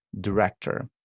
director